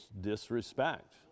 disrespect